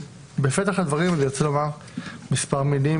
בפתח הדברים אני רוצה לומר כמה מילים